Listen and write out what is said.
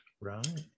Right